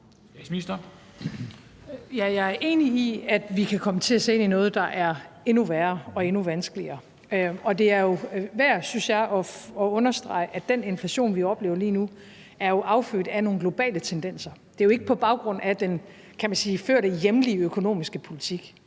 jeg er enig i, at vi kan komme til at se ind i noget, der er endnu værre og endnu vanskeligere. Det er værd, synes jeg, at understrege, at den inflation, vi oplever lige nu, jo er affødt af nogle globale tendenser. Det er jo ikke på baggrund af den, kan man sige, førte hjemlige økonomiske politik.